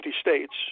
states